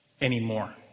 anymore